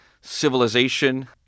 civilization